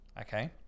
okay